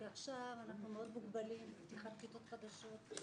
כי עכשיו אנחנו מאוד מוגבלים בפתיחת כיתות חדשות.